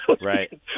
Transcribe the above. right